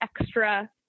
extra